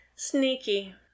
Sneaky